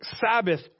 sabbath